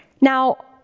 Now